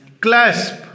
Clasp